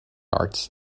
arts